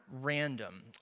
random